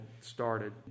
started